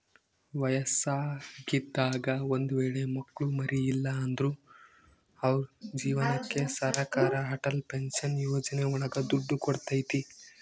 ವಯಸ್ಸಾಗಿದಾಗ ಒಂದ್ ವೇಳೆ ಮಕ್ಳು ಮರಿ ಇಲ್ಲ ಅಂದ್ರು ಅವ್ರ ಜೀವನಕ್ಕೆ ಸರಕಾರ ಅಟಲ್ ಪೆನ್ಶನ್ ಯೋಜನೆ ಒಳಗ ದುಡ್ಡು ಕೊಡ್ತೈತಿ